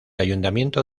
ayuntamiento